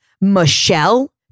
Michelle